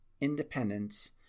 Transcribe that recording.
independence